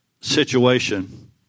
situation